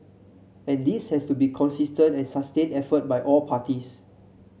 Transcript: and this has to be consistent and sustained effort by all parties